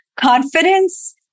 confidence